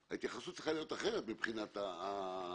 ההתייחסות אליהם צריכה להיות אחרת מבחינת כיבוי האש.